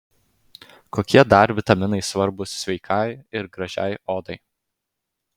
kokie dar vitaminai svarbūs sveikai ir gražiai odai